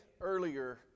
earlier